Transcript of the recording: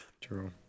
True